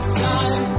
time